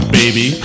baby